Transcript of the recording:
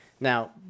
Now